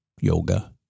Yoga